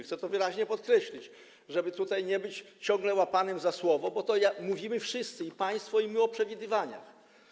Chcę to wyraźnie podkreślić, żeby nie być ciągle łapanym za słowo, bo mówimy wszyscy, i państwo, i my, o przewidywaniach.